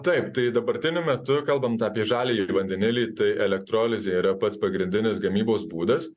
taip tai dabartiniu metu kalbant apie žaliąjį vandenilį tai elektrolizė yra pats pagrindinis gamybos būdas